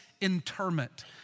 interment